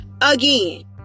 Again